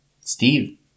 Steve